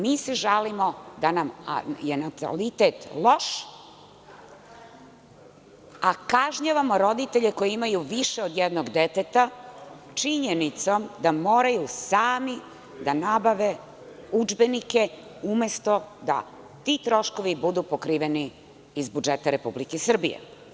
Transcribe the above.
Mi se žalimo da nam je natalitet loš, a kažnjavamo roditelje koji imaju više od jednog deteta činjenicom da moraju sami da nabave udžbenike umesto da ti troškovi budu pokriveni iz budžeta Republike Srbije.